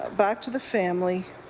back to the family.